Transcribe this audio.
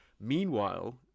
Meanwhile